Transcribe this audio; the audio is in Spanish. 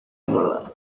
engorda